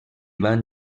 van